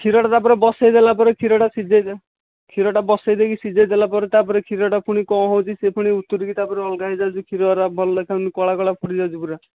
କ୍ଷୀରଟା ତା'ପରେ ବସାଇ ଦେଲା ପରେ କ୍ଷୀରଟା ସିଝାଇବା କ୍ଷୀରଟା ବସାଇ ଦେଇକି ସିଝାଇ ଦେଲା ପରେ ତା'ପରେ କ୍ଷୀରଟା ପୁଣି କଣ ହେଉଛି ସେ ଫୁଣି ଉତୁରିକି ତା'ପରେ ଅଲଗା ହୋଇଯାଉଛି କ୍ଷୀରର ଭଲ ଦେଖାଯାଉନି କଳା କଳା ପଡ଼ିଯାଉଛି ପୁରା